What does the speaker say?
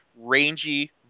rangy